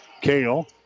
Kale